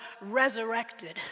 resurrected